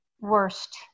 worst